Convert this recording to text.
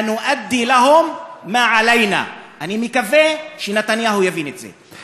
שנעשה למענם את המוטל עלינו.) אני מקווה שנתניהו יבין את זה.